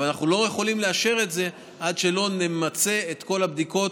אבל אנחנו לא יכולים לאשר את זה עד שלא נמצה את כל הבדיקות,